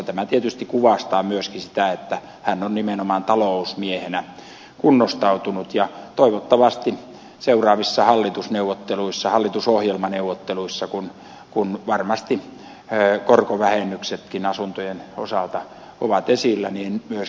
tämä tietysti kuvastaa myöskin sitä että hän on nimenomaan talousmiehenä kunnostautunut ja toivottavasti seuraavissa hallitusneuvotteluissa hallitusohjelmaneuvotteluissa kun varmasti korkovähennyksetkin asuntojen osalta ovat esillä myöskin tämä ed